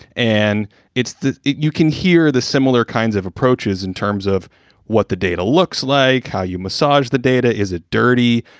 and it's you can hear the similar kinds of approaches in terms of what the data looks like, how you massage the data. is it dirty?